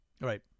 Right